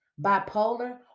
bipolar